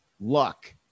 luck